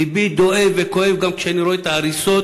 לבי דואב וכואב גם כשאני רואה את ההריסות